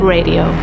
Radio